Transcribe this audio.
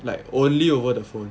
like only over the phone